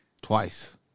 Twice